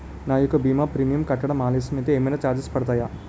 నా యెక్క భీమా ప్రీమియం కట్టడం ఆలస్యం అయితే ఏమైనా చార్జెస్ పడతాయా?